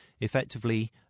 effectively